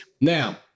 Now